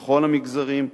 בכל המגזרים,